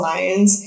Lions